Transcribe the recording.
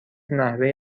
نحوه